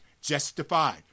justified